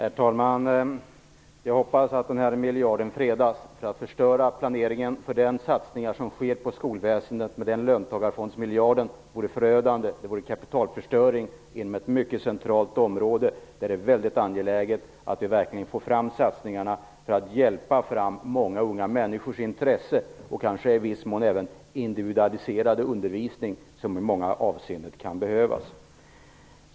Herr talman! Jag hoppas att miljarden fredas. Att förstöra de satsningar som sker inom skolväsendet med löntagarfondsmiljarden vore förödande kapitalförstöring inom ett mycket centralt område. Det är väldigt angeläget att vi verkligen får fram satsningar för att hjälpa fram många unga människors intresse och kanske i viss mån också den individualiserade undervisning som i många avseenden kan behövas.